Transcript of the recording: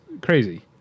crazy